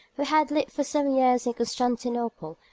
who had lived for some years in constantinople,